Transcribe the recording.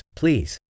please